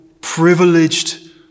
privileged